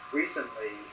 recently